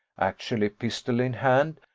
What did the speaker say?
actually pistol in hand,